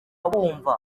bumva